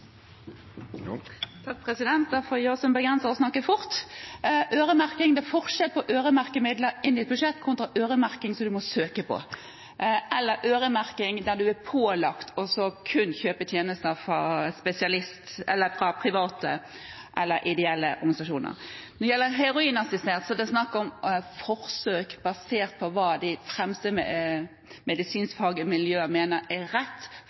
som bergensere og snakke fort. Om øremerking: Det er forskjell på å øremerke midler i et budsjett kontra øremerking som en må søke på, eller øremerking der en er pålagt kun å kjøpe tjenester fra spesialist, fra private eller fra ideelle organisasjoner. Når det gjelder heroinassistert behandling, er det snakk om forsøk basert på hva de fremste medisinsk-faglige miljøer mener er rett